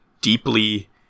deeply